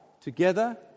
together